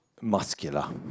muscular